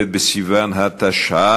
ב' בסיוון התשע"ו,